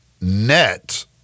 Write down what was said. net